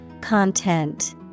Content